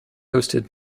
hosted